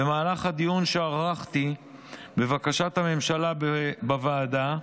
במהלך הדיון שערכתי לבקשת הממשלה בוועדה,